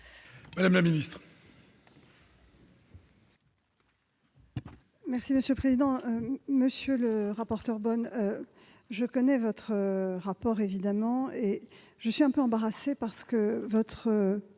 madame la ministre,